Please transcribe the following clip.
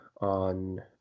on